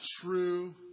true